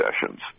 sessions